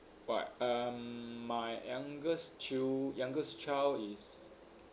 but um my youngest chil~ youngest child is